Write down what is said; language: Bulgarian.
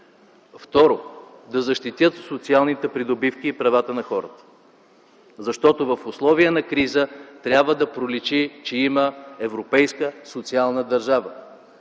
Второ, да защитят социалните придобивки и правата на хората. Защото в условия на криза трябва да проличи, че има европейска социална държава,